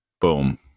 Boom